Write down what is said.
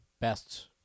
best